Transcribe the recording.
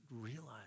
realize